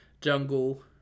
jungle